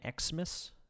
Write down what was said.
Xmas